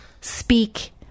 speak